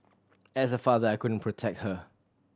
as a father I couldn't protect her